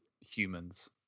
humans